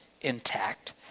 intact